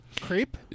Creep